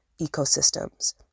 ecosystems